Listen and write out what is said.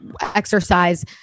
exercise